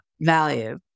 value